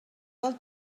del